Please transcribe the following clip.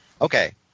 Okay